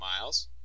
miles